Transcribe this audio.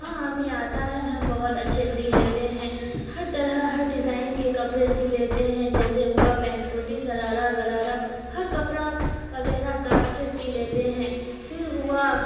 ہاں ہمیں آتا ہے ہم بہت اچھے سی لیتے ہیں ہر طرح ہر ڈیزائن کے کپڑے سی لیتے ہیں جیسے ہوا پینٹ کرتی شرارہ گرارہ ہر کپڑا وغیرہ کاٹ کے سی لیتے ہیں پھر ہوا